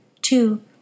Two